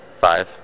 Five